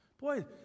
Boy